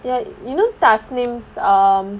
ya you know um